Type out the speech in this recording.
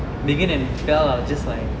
megan and belle are just like